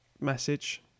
message